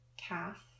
calf